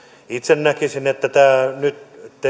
itse näkisin että tämä nyt